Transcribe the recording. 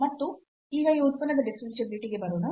ಮತ್ತು ಈಗ ಈ ಉತ್ಪನ್ನದ ಡಿಫರೆನ್ಷಿಯಾಬಿಲಿಟಿ ಗೆ ಬರೋಣ